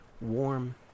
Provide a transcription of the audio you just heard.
warm